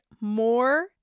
more